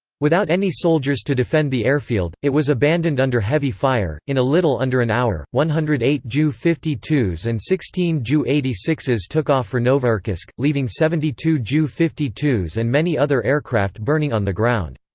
without any soldiers to defend the airfield, it was abandoned under heavy fire in a little under an hour, one hundred and eight ju fifty two s and sixteen ju eighty six s took off for novocherkassk leaving seventy two ju fifty two s and many other aircraft burning on the ground.